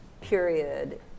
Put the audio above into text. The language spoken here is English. period